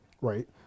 right